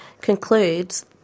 concludes